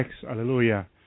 Hallelujah